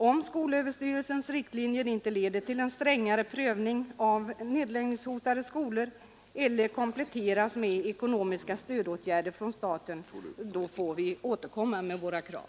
Om skolöverstyrelsens riktlinjer inte leder till en strängare prövning när det gäller nedläggningshotade skolor eller kompletteras med ekonomiska stödåtgärder från staten, får vi återkomma med våra krav.